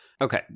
Okay